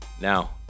Now